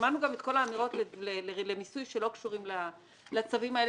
שמענו גם את כל האמירות למיסוי שלא קשורות לצווים האלה